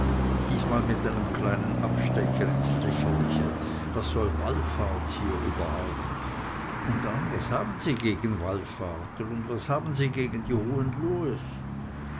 diesmal mit einem kleinen abstecher ins lästerliche was soll wallfahrt hier überhaupt und dann was haben sie gegen wallfahrten und was haben sie gegen die